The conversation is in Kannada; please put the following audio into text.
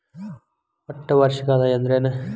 ಒಟ್ಟ ವಾರ್ಷಿಕ ಆದಾಯ ಅಂದ್ರೆನ?